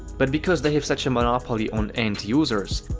but because they have such a monopoly on end users,